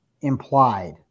implied